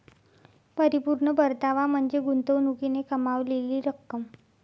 परिपूर्ण परतावा म्हणजे गुंतवणुकीने कमावलेली रक्कम